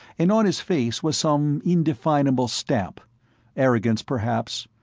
and on his face was some indefinable stamp arrogance, perhaps,